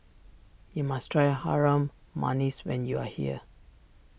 you must try Harum Manis when you are here